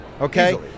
okay